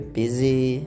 busy